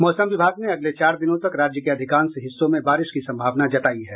मौसम विभाग ने अगले चार दिनों तक राज्य के अधिकांश हिस्सों में बारिश की संभावना जताई है